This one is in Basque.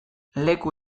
leku